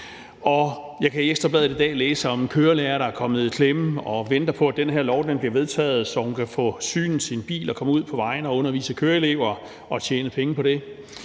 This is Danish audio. Jeg kan i Ekstra Bladet i dag læse om en kørelærer, der er kommet i klemme og venter på, at den her lov bliver vedtaget, så hun kan få synet sin bil og komme ud på vejene og undervise køreelever og tjene penge på det.